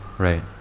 Right